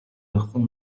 خون